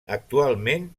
actualment